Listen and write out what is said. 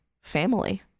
family